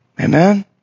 Amen